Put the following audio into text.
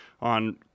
on